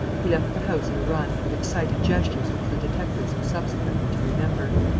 he left the house at a run, with excited gestures which the detectives were subsequently to remember.